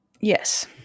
Yes